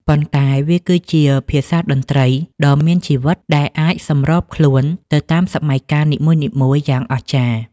ប៉ុន្តែវាគឺជាភាសាតន្ត្រីដ៏មានជីវិតដែលអាចសម្របខ្លួនទៅតាមសម័យកាលនីមួយៗយ៉ាងអស្ចារ្យ។